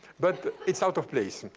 but it's out of place.